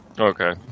Okay